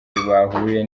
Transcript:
bahuye